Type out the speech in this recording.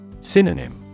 Synonym